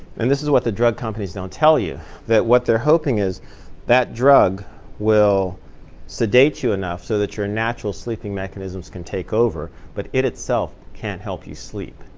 and this is what the drug companies don't tell you that what they're hoping is that drug will sedate you enough so that your natural sleeping mechanisms can take over. but it itself can't help you sleep.